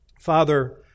Father